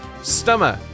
stomach